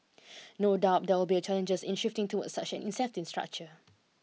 no doubt there will be a challenges in shifting towards such an incentive structure